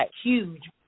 huge